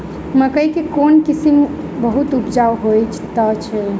मकई केँ कोण किसिम बहुत उपजाउ होए तऽ अछि?